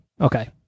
Okay